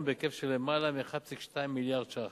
בהיקף של למעלה מ-1.2 מיליארד ש"ח,